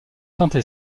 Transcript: tenté